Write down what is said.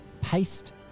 paste